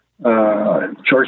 Church